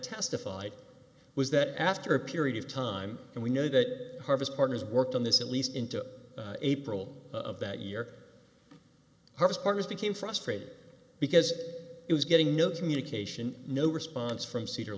testified was that after a period of time and we know that harvest partners worked on this at least into april of that year his partners became frustrated because he was getting no communication no response from cedar